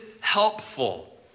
helpful